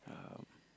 um